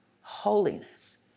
holiness